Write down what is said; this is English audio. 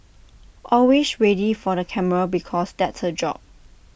always ready for the camera because that's her job